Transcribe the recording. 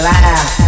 Laugh